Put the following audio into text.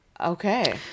Okay